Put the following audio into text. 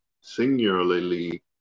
singularly